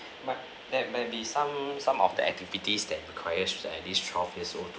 but there may be some some of the activities that requires that at least twelve years old though